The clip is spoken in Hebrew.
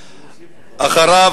קשה,